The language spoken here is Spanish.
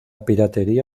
piratería